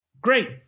Great